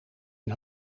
een